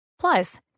Plus